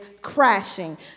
crashing